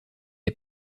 est